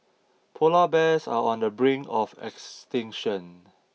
polar bears are on the brink of extinction